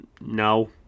no